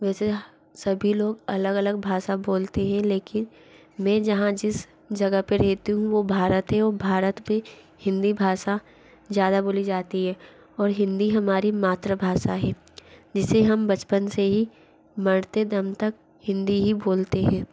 वैसे सभी लोग अलग अलग भाषा बोलते हैं लेकिन मैं जहाँ जिस जगह पर रहती हूँ वो भारत है और भारत में हिन्दी भाषा ज़्यादा बोली जाती है और हिन्दी हमारी मात्रभाषा है जिसे हम बचपन से ही मरते दम तक हिन्दी ही बोलते हैं